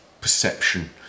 perception